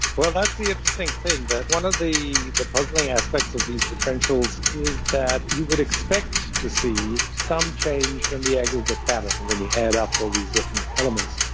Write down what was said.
well, that's the interesting thing, that one of the the puzzling aspects of these differentials is that you would expect to see some change in the aggregate pattern when you add up all these different elements.